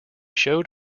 showed